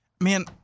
Man